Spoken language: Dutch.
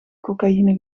cocaïne